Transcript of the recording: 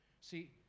see